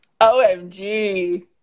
OMG